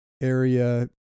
area